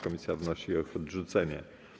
Komisja wnosi o ich odrzucenie.